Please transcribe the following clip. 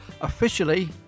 officially